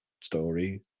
story